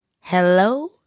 Hello